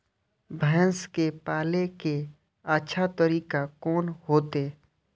भैंस के पाले के अच्छा तरीका कोन होते?